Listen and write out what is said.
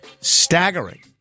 staggering